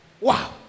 Wow